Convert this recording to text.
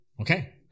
okay